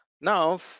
now